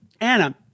Anna